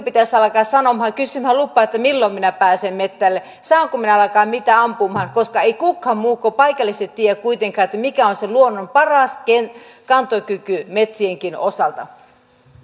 pitäisi alkaa kysymään lupa milloin minä pääsen metsälle saanko minä alkaa niitä ampumaan koska eivät ketkään muut kuin paikalliset tiedä kuitenkaan mikä on se luonnon paras kantokyky metsienkin osalta